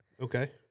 Okay